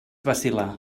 vacil·lar